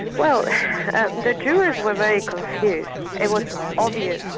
well the jurors were very confused. it was obvious.